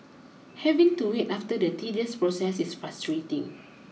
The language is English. having to wait after the tedious process is frustrating